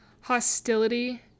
Hostility